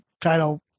title